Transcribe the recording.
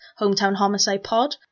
hometownhomicidepod